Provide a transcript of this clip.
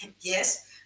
yes